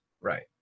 Right